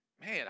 Man